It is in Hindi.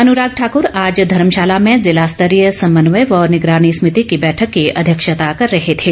अनुराग ठाकुर आज धर्मशाला में जिला स्तरीय समन्वय व निगरानी समिति की बैठक की अध्यक्षता कर रहे थे